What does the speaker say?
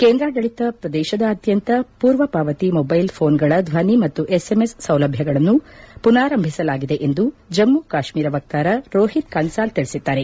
ಕೇಂದ್ರಾಡಳಿತ ಪ್ರದೇಶದಾದ್ಯಂತ ಪೂರ್ವ ಪಾವತಿ ಮೊಬೈಲ್ ಫೋನ್ಗಳ ಧ್ಲನಿ ಮತ್ತು ಎಸ್ಎಂಎಸ್ ಸೌಲಭ್ಯಗಳನ್ನು ಪುನಾರಂಭಿಸಲಾಗಿದೆ ಎಂದು ಜಮ್ಮು ಕಾಶ್ವೀರ ವಕ್ತಾರ ರೋಹಿತ್ ಕನ್ಪಾಲ್ ತಿಳಿಸಿದ್ದಾರೆ